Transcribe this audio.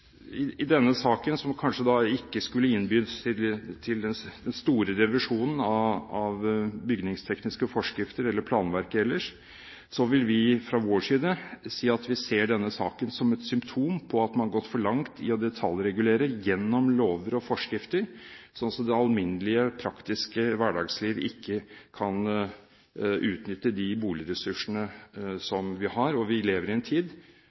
i denne saken – som kanskje ikke skulle innby til den store revolusjonen av bygningstekniske forskrifter eller planverket ellers – vil vi fra vår side si at vi ser denne saken som et symptom på at man har gått for langt i å detaljregulere gjennom lover og forskrifter, slik at det alminnelige, praktiske hverdagsliv ikke kan utnytte de boligressursene vi har. Vi lever i en tid